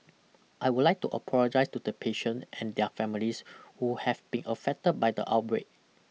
I would like to apologize to the patient and their families who have been affected by the outbreak